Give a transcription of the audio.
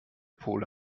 pole